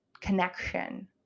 connection